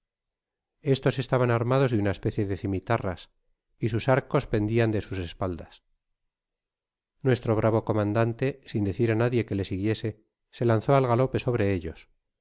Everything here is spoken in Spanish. estos estaban armados de una especie de cimitarras y sus arcos pendian de sus espaldas nuestro bravo comandante sin decir á nadie que le siguiese se lanzó al galope sobre ellos